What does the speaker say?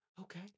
Okay